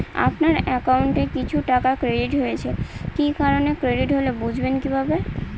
আপনার অ্যাকাউন্ট এ কিছু টাকা ক্রেডিট হয়েছে কি কারণে ক্রেডিট হল বুঝবেন কিভাবে?